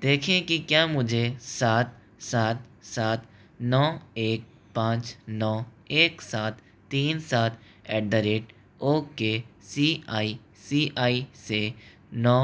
देखें कि क्या मुझे सात सात सात नौ एक पाँच नौ एक सात तीन सात at the rate okay C I C I से नौ